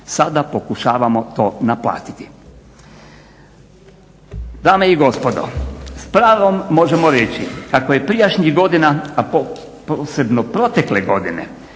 Sada pokušavamo to naplatiti. Dame i gospodo, s pravom možemo reći ako je prijašnjih godina, a posebno protekle godine